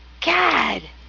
God